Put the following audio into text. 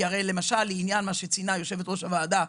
כי הרי למשל לעניין מה שציינה יושבת ראש הוועדה,